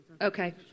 Okay